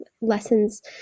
lessons